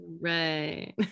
Right